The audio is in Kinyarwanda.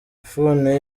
ifuni